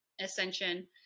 ascension